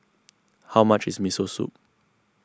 how much is Miso Soup